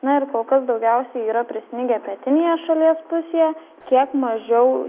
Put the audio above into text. na ir kol kas daugiausiai yra prisnigę pietinėje šalies pusėje kiek mažiau